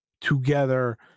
together